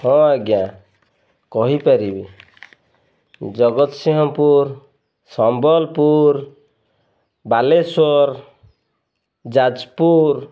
ହଁ ଆଜ୍ଞା କହିପାରିବି ଜଗତସିଂହପୁର ସମ୍ବଲପୁର ବାଲେଶ୍ୱର ଯାଜପୁର